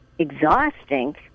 Exhausting